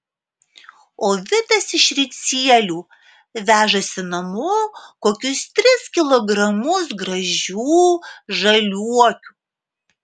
o vitas iš ricielių vežasi namo kokius tris kilogramus gražių žaliuokių